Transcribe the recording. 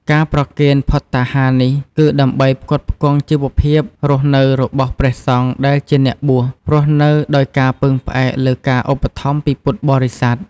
ការប្រគេនភត្តាហារនេះ គឺដើម្បីផ្គត់ផ្គង់ជីវភាពរស់នៅរបស់ព្រះសង្ឃ ដែលជាអ្នកបួស រស់នៅដោយការពឹងផ្អែកលើការឧបត្ថម្ភពីពុទ្ធបរិស័ទ។